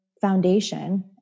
foundation